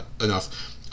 enough